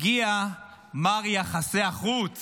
הגיע מר יחסי החוץ